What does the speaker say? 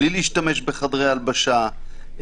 בלי להשתמש בחדרי הלבשה,